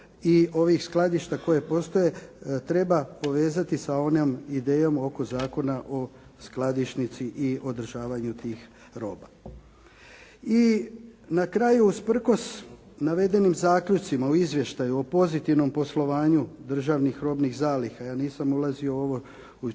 i ovih skladišta koje postoje treba povezati sa onom idejom oko Zakona o skladišnici i održavanju tih roba. I na kraju usprkos navedenim zaključcima u izvještaju o pozitivnom poslovanju državnih robnih zaliha, ja nisam ulazio u ovo o čemu je